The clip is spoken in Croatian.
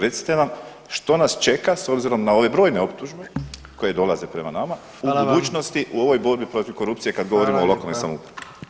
Recite nam, što nas čeka s obzirom na ove brojne optužbe koje dolaze prema nama u budućnosti [[Upadica: Hvala vam.]] u ovoj borbi protiv korupcije kad [[Upadica: Hvala lijepa.]] govorimo o lokalnoj samoupravi.